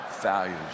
values